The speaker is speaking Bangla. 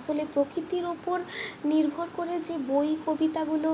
আসলে প্রকৃতির উপর নির্ভর করে যে বই কবিতাগুলো